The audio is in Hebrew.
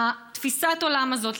תפיסת העולם הזאת,